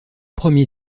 premier